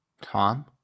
Tom